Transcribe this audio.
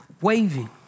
waving